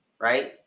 right